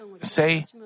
say